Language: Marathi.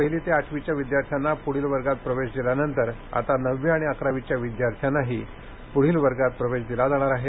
पहिली ते आठवीच्या विद्यार्थ्यांना पूढील वर्गात प्रवेश दिल्यानंतर आता नववी आणि अकरावीच्या विद्यार्थ्यांनाही पुढील वर्गात प्रवेश दिला जाणार आहे